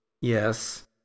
Yes